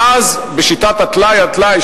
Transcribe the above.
ואז בשיטת הטלאי על טלאי,